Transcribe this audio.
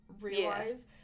realize